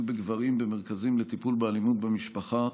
בגברים במרכזים לטיפול באלימות במשפחה,